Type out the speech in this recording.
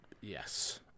yes